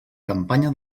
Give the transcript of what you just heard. campanya